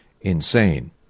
insane